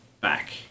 back